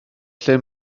lle